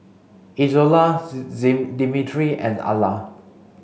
Izola Dimitri and Alla